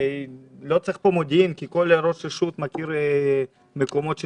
לא צריך כאן מודיעין כי כל ראש רשות מכיר את מקומות ההתקהלויות.